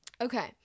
okay